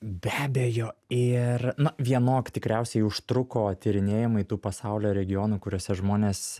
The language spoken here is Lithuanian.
be abejo ir na vienok tikriausiai užtruko tyrinėjimai tų pasaulio regionų kuriuose žmonės